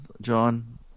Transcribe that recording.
John